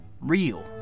real